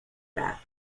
bat